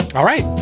all right.